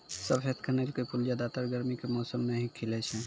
सफेद कनेल के फूल ज्यादातर गर्मी के मौसम मॅ ही खिलै छै